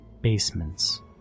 basements